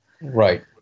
right